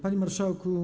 Panie Marszałku!